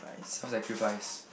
self sacrifice